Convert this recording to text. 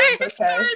okay